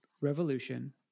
revolution